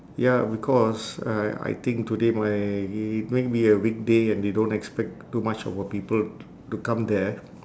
ya because I I think today mi~ might be weekday and they don't expect too much of a people to come there